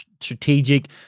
strategic